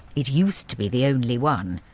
it used to be the only one.